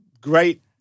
great